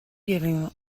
giving